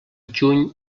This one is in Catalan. juny